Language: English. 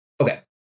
Okay